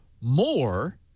more